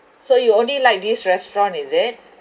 so you only like this restaurant is it